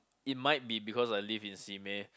it might be because I live in Simei